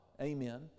amen